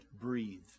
breathe